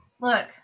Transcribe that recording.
Look